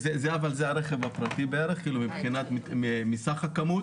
זה הרכב הפרטי בערך, מסך הכמות,